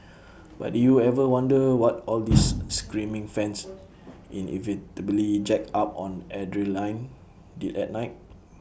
but did you ever wonder what all these screaming fans inevitably jacked up on adrenaline did at night